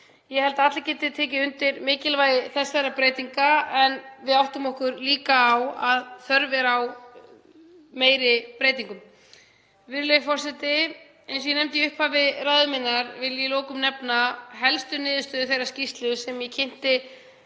Ég held að allir geti tekið undir mikilvægi þessara breytinga en við áttum okkur líka á að þörf er á meiri breytingum. Virðulegi forseti. Eins og ég nefndi í upphafi ræðu minnar vil ég að lokum nefna að helstu niðurstöður þeirrar skýrslu sem ég kynnti